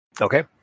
Okay